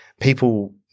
people